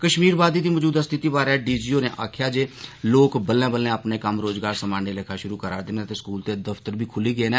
कश्मीरवादी दी मजूदा स्थिति बारै डीजी होरें आक्खेआ जे लोक बल्ले बल्लें अपने कम्म रोजगार सामान्य लेखा शुरू करा'रदे न ते स्कूल ते दफतर बी खुली गे न